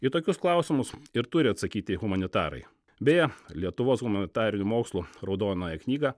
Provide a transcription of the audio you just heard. į tokius klausimus ir turi atsakyti humanitarai beje lietuvos humanitarinių mokslų raudonąją knygą